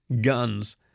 guns